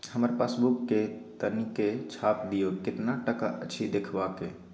हमर पासबुक के तनिक छाय्प दियो, केतना टका अछि देखबाक ये?